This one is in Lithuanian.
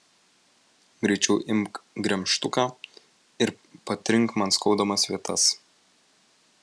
greičiau imk gremžtuką ir patrink man skaudamas vietas